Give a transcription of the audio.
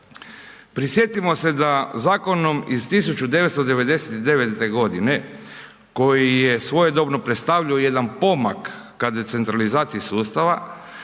Prisjetimo se da zakonom iz 1999. godine koji je svojedobno predstavljao jedan pomak ka decentralizaciji sustava